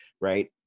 right